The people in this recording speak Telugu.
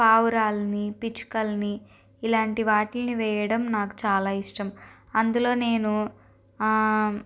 పావురాలని పిచుకలని ఇలాంటి వాటిల్ని వెయ్యడం నాకు చాలా ఇష్టం అందులో నేను